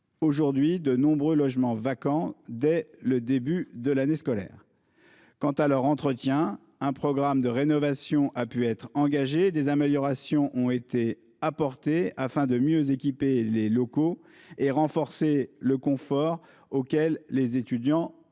aujourd'hui de nombreux logements vacants, dès le début de l'année scolaire. Quant à leur entretien, un programme de rénovation a pu être engagé et des améliorations ont été apportées, afin de mieux équiper les locaux et de renforcer le confort auquel les étudiants